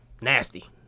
Nasty